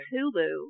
Hulu